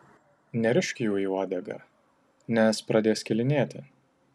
nerišk jų į uodegą nes pradės skilinėti